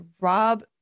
Rob